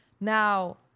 Now